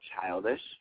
childish